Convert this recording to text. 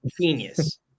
genius